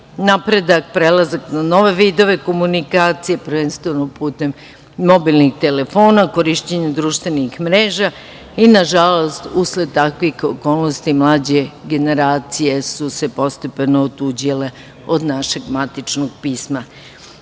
napredak, prelazak na nove vidove komunikacija, prvenstveno putem mobilnih telefona, korišćenjem društvenih mreža i, nažalost, usled takvih okolnosti, mlađe generacije su se postepeno otuđile od našeg matičnog